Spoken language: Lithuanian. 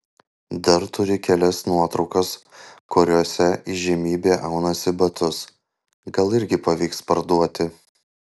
dar turi kelias nuotraukas kuriose įžymybė aunasi batus gal irgi pavyks parduoti